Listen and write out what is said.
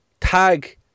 tag